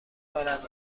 رانندگی